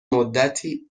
مدتی